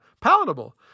palatable